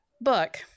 book